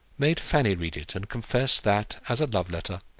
made fanny read it, and confess that, as a love-letter,